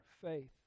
faith